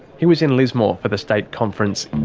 he was in lismore for the state conference in